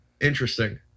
Interesting